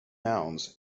nouns